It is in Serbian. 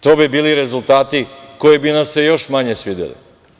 To bi bili rezultati koji bi nam se još manje svideli.